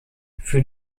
für